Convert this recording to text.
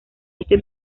este